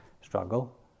struggle